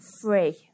free